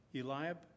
Eliab